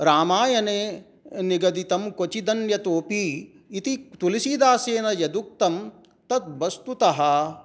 रामायणे निगदितं क्वचिदन्यतोऽपि इति तुलसीदासेन यदुक्तं तद् वस्तुतः